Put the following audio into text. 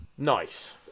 Nice